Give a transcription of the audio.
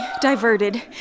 diverted